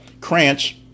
Cranch